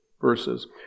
verses